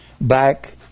back